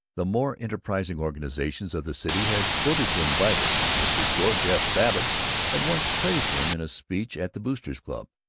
the more enterprising organizations of the city had voted to invite him mr. george f. babbitt had once praised him in a speech at the boosters' club.